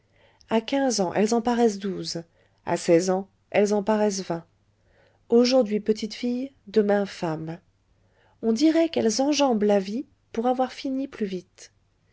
à quinze ans elles en paraissent douze à seize ans elles en paraissent vingt aujourd'hui petites filles demain femmes on dirait qu'elles enjambent la vie pour avoir fini plus vite